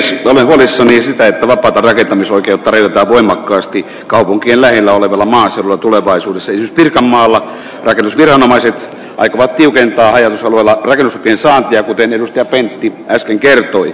se on huolissaan yhtä vapaata leviämisoikeutta vedota voimakkaasti kaupunkien lähellä oleville naisille tulevaisuudessa pirkanmaalla rakennusviranomaiset aikovat tiukentaa ja vailla olevilta piensahoja kuten edustaja pentti väisänen kertoi